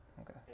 Okay